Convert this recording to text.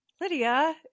Lydia